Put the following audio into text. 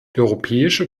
europäische